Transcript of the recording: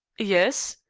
yes?